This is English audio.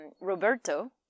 Roberto